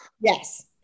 Yes